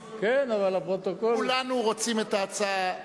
כולנו רוצים את ההצעה,